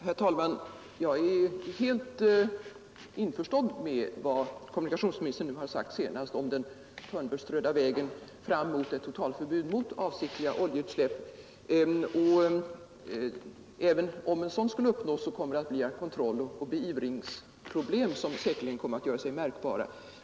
Herr talman! Jag är helt införstådd med vad kommunikationsministern nu har sagt om den törnbeströdda vägen fram till ett totalförbud mot avsiktliga oljeutsläpp. Och även om ett sådant förbud skulle uppnås, så kommer kontrolloch beivringsproblem säkerligen att göra sig märkbara.